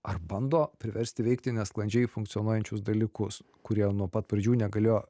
ar bando priversti veikti nesklandžiai funkcionuojančius dalykus kurie nuo pat pradžių negalėjo